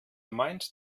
meint